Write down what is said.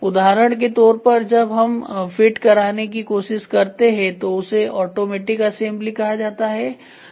उदाहरण के तौर पर जब हम फिट कराने की कोशिश करते हैं तो उसे ऑटोमेटिक असेंबली कहा जाता है